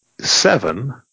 seven